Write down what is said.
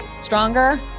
stronger